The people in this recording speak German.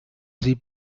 sie